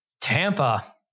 Tampa